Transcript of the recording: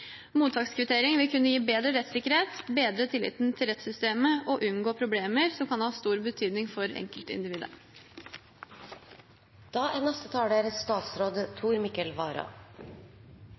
Mottakskvittering vil kunne gi bedre rettssikkerhet, bedre tilliten til rettssystemet og gjøre at man unngår problemer som kan ha stor betydning for enkeltindividet. Jeg er